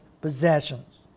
possessions